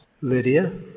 Lydia